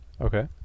Okay